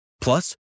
Plus